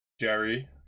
Jerry